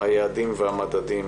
היעדים והמדדים